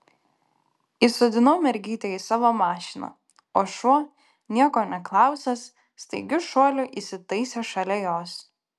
įsodinau mergytę į savo mašiną o šuo nieko neklausęs staigiu šuoliu įsitaisė šalia jos